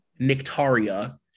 Nictaria